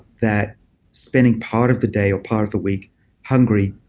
that spending part of the day or part of the week hungry